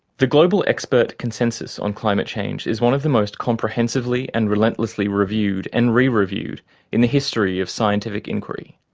the global expert consensus on climate change is one of the most comprehensively and relentlessly reviewed and re-reviewed in the history of scientific inquiry.